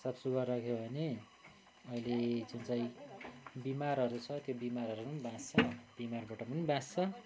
साफसुग्घर राख्यो भने अहिले जुन चाहिँ बिमारहरू छ त्यो बिमारहरूबाट पनि बाँच्छ बिमारबाट पनि बाँच्छ